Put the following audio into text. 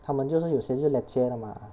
他们就算有些就 lecture 的 mah